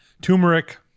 turmeric